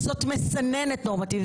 זאת מסננת נורמטיבית.